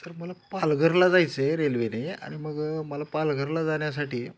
तर मला पालघरला जायचं आहे रेल्वेने आणि मग मला पालघरला जाण्यासाठी